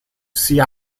sea